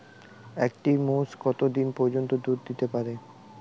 একটি মোষ কত দিন পর্যন্ত দুধ দিতে পারে?